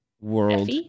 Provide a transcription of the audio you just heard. world